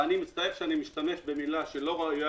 אני מצטער שאני משתמש במילה שלא ראויה